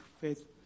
faith